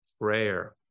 prayer